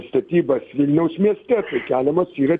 statybas vilniaus mieste keliamos yra